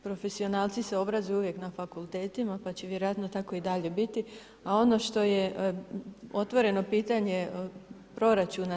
Profesionalci se obrazuju uvijek na fakultetima, pa će vjerojatno tako i dalje biti, a ono što je otvoreno pitanje proračuna.